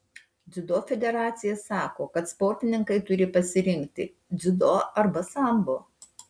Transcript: dziudo federacija sako kad sportininkai turi pasirinkti dziudo arba sambo